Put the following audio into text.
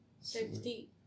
safety